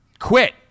quit